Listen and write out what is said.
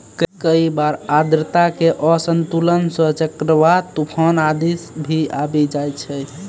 कई बार आर्द्रता के असंतुलन सं चक्रवात, तुफान आदि भी आबी जाय छै